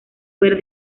fuera